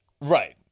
Right